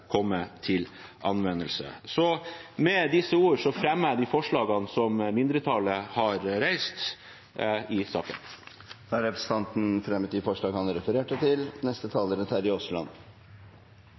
komme til anvendelse. Med disse ord fremmer jeg de forslagene som mindretallet har reist i saken. Representanten Odd Henriksen har tatt opp de forslagene han refererte til.